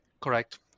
Correct